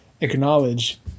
acknowledge